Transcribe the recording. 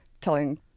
telling